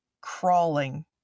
crawling